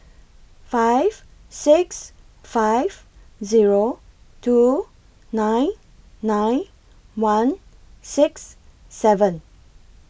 five six five Zero two nine nine one six seven